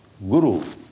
Guru